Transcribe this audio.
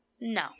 No